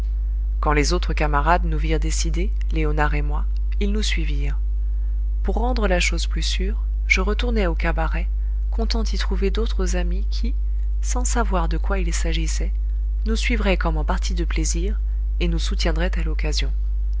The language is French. quand les autres camarades nous virent décidés léonard et moi ils nous suivirent pour rendre la chose plus sûre je retournai au cabaret comptant y trouver d'autres amis qui sans savoir de quoi il s'agissait nous suivraient comme en partie de plaisir et nous soutiendraient à l'occasion